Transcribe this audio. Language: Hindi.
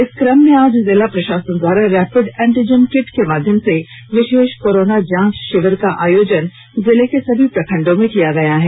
इस क्रम में आज जिला प्रशासन द्वारा रैपिड एंटीजन किट के माध्यम से विशेष कोरोना जांच शिविर का आयोजन जिले के सभी प्रखंडों में किया गया है